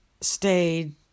stayed